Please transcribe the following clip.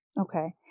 Okay